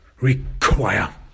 require